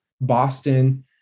Boston